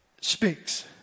speaks